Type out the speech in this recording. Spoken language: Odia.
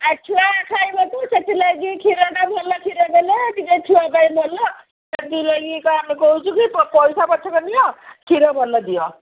ଆ ଛୁଆ ଖାଇବ ତ ସେଥିଲାଗି କ୍ଷୀରଟା ଭଲ କ୍ଷୀର ଦେଲେ ଟିକେ ଛୁଆ ପାଇଁ ଭଲ କହୁଛୁ କି ପ ପଇସା ପଛକ ନିିଅ କ୍ଷୀର ଭଲ ଦିଅ